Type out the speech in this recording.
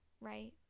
right